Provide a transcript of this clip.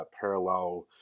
parallel